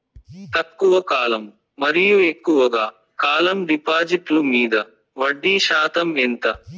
తక్కువ కాలం మరియు ఎక్కువగా కాలం డిపాజిట్లు మీద వడ్డీ శాతం ఎంత?